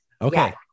Okay